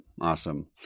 Awesome